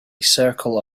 circle